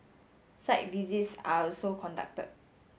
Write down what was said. site visits are also conducted